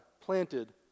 planted